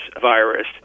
virus